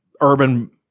urban-